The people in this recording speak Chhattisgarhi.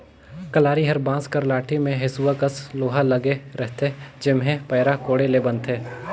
कलारी हर बांस कर लाठी मे हेसुवा कस लोहा लगे रहथे जेम्हे पैरा कोड़े ले बनथे